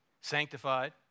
sanctified